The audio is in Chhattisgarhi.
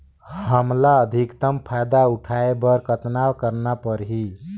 हमला अधिकतम फायदा उठाय बर कतना करना परही?